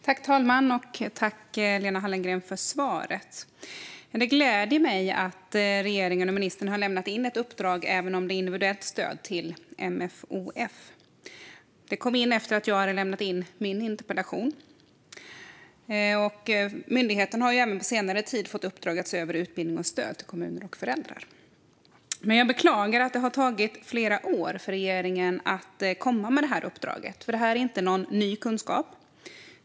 Fru talman! Tack, Lena Hallengren, för svaret! Det gläder mig att regeringen och ministern även har lämnat in ett uppdrag om individuellt stöd till MFoF. Det kom in efter att jag hade lämnat in min interpellation. Myndigheten har på senare tid dessutom fått i uppdrag att se över utbildning och stöd till kommuner och föräldrar. Men jag beklagar att det har tagit flera år för regeringen att komma med detta uppdrag. Det här är inte någon ny kunskap.